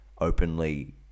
openly